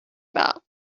about